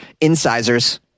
incisors